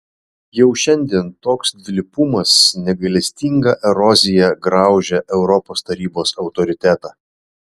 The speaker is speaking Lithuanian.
jau šiandien toks dvilypumas negailestinga erozija graužia europos tarybos autoritetą